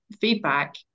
feedback